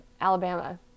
Alabama